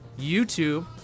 YouTube